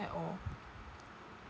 at all